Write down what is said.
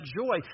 joy